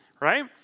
right